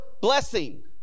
blessing